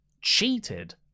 cheated